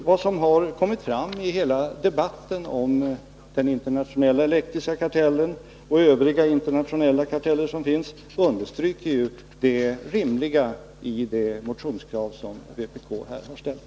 Vad som har kommit fram i debatten om den internationella elektriska kartellen och övriga karteller understryker det rimliga i det motionskrav som vpk här har ställt.